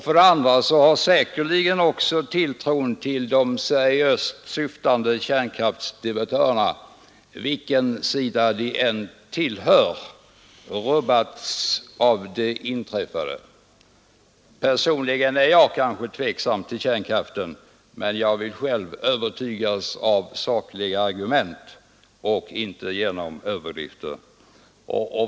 För det andra har säkerligen tilltron till de seriöst syftande kärnkraftdistributörerna, vilken sida de än tillhör, rubbats av det inträffade. Personligen ställer jag mig tveksam till kärnkraften, men jag vill själv övertygas av sakliga argument och inte genom överdrifter.